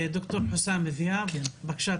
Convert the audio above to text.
ד"ר חוסאם דיאב, בבקשה.